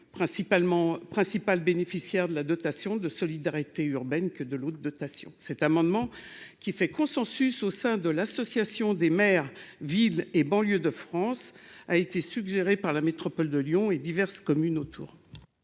principales bénéficiaire de la dotation de solidarité urbaine que de l'autre, dotation cet amendement qui fait consensus au sein de l'association des maires Ville et Banlieue de France a été suggérée par la métropole de Lyon et diverses communes autour.